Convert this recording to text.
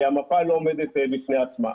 כי המפה לא עומדת בפני עצמה.